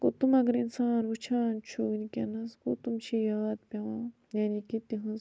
گوٚو تِم اَگر اِنسان وُچھان چھُ وُنٛکیٚس گوٚو تِم چھِ یاد پیٚوان یعنی کہِ تِہنٛز